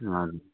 हजुर